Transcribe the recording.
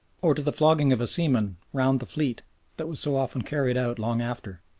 or to the flogging of a seaman round the fleet that was so often carried out long after?